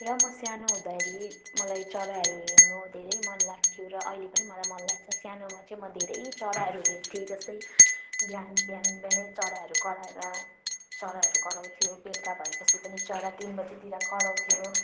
र म सानो हुँदाखेरि मलाई चराहरू हेर्नु धेरै मनलाग्थ्यो र अहिले पनि मलाई मनलाग्छ सानोमा चाहिँ म धेरै चराहरू हेर्थेँ जस्तै बिहान बिहान बिहानै चराहरू कराएर चराहरू कराउँथ्यो बेलुका भएपछि पनि चरा तिन बजीतिर कराउँथ्यो